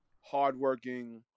hardworking